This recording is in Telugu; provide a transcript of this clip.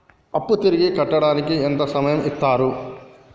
అప్పు తిరిగి కట్టడానికి ఎంత సమయం ఇత్తరు?